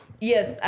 yes